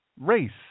race